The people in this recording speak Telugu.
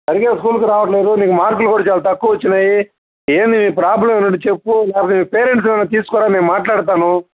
సరిగా స్కూల్కి రావట లేదు నీకు మార్కులు కూడా చాలా తక్కువ వచ్చినాయి ఏంది నీ ప్రాబ్లం ఏమన్న ఉంటే చెప్పు మరి మీ పేరెంట్స్ తీసుకురా నేను మాట్లాడుతాను